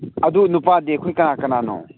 ꯑꯗꯨ ꯅꯨꯄꯥꯗꯤ ꯑꯩꯈꯣꯏ ꯀꯅꯥ ꯀꯅꯥꯅꯣ